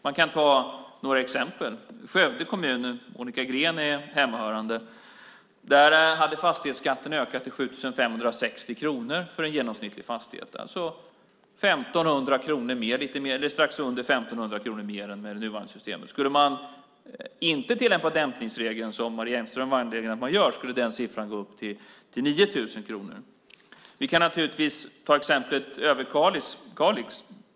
Man kan ta några exempel. I Skövde kommun, där Monica Green är hemmahörande, hade fastighetsskatten ökat till 7 560 kronor för en genomsnittlig fastighet, strax under 1 500 kronor mer än med det nuvarande systemet. Skulle man inte ha tillämpat dämpningsregeln, som Marie Engström var angelägen om att man gör, skulle det ha handlat om 9 000 kronor. Vi kan ta exemplet Överkalix.